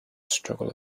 struggle